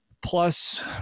Plus